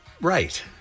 Right